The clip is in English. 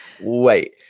wait